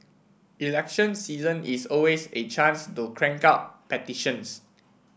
election season is always a chance to crank out petitions